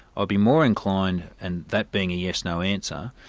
i'd be more inclined, and that being a yes no answer,